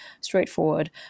straightforward